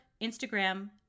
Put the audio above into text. Instagram